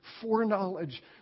foreknowledge